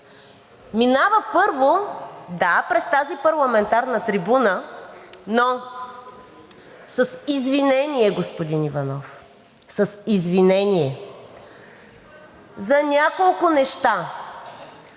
(реплики), – да, през тази парламентарна трибуна, но с извинение, господин Иванов, с извинение, за няколко неща.